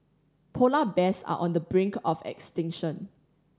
polar bears are on the brink of extinction